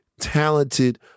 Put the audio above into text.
talented